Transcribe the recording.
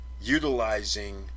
utilizing